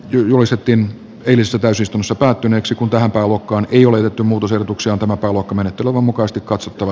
noisettien eilisessä täysistunnossa päättyneeksi kuten taulukkoon ilmoitettu muutosehdotuksia mutta lukko menetti luvanmukaista katsottava